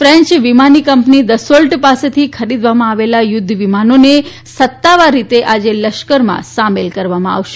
French વિમાની કંપની Dassault પાસેથી ખરીદવામાં આવેલા યુદ્ધ વિમાનોને સત્તાવાર રીતે આજે લશ્કરમાં સામેલ કરવામાં આવશે